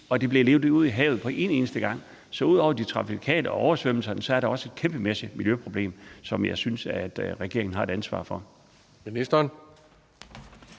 og det bliver ledt ud i havet på en eneste gang. Så ud over det trafikale og oversvømmelser er der også et kæmpemæssigt miljøproblem, som jeg synes regeringen har et ansvar for.